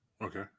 Okay